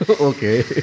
okay